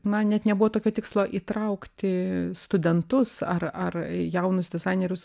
na net nebuvo tokio tikslo įtraukti studentus ar ar jaunus dizainerius